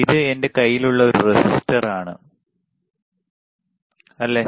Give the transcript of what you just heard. ഇത് എന്റെ കൈയിലുള്ള ഒരു റെസിസ്റ്റർ ആണ് ഇത് അല്ലേ